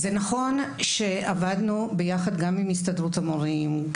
זה נכון שעבדנו ביחד גם עם הסתדרות המורים,